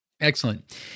Excellent